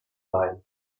wein